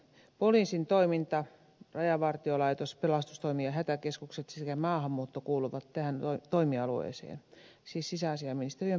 poliisin toiminta rajavartiolaitos pelastustoimi ja hätäkeskukset sekä maahanmuutto kuuluvat tähän toimialueeseen siis sisäasiainministeriön pääluokkaan